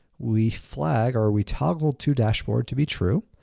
we flag or we toggle todashboard to be true,